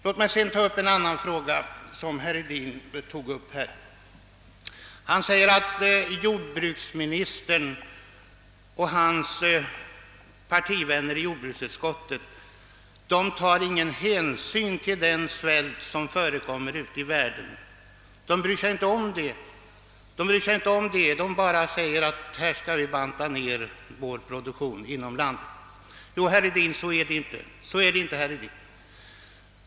Låt mig sedan beröra en fråga som herr Hedin tog upp. Han sade att jordbruksministern och hans partivänner i jordbruksutskottet inte tar någon hänsyn till svälten i världen. Han påstod att vi inte bryr oss om den, utan vi bara tänker på att banta ned produktionen inom landet. Herr Hedin, så är inte fallet.